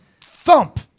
thump